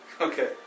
Okay